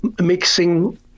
mixing